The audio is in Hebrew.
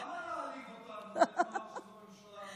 למה להעליב אותנו ולומר שזו ממשלה גברית?